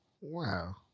Wow